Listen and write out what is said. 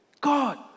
God